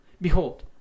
Behold